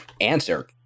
answer